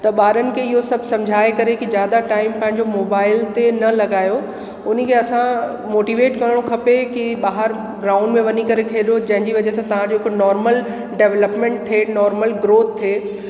त ॿारनि खे इहो सभु सम्झाए करे कि ज़्यादा टाइम पंहिंजो मोबाइल ते न लॻायो उन्हीअ खे असां मोटीवेट करिणो खपे कि ॿाहिरि ग्राउंड में वञी करे खेॾो जंहिंजी वजह सां तव्हां जो हिकु नॉर्मल डव्लपमेंट थिए नॉर्मल ग्रोथ थिए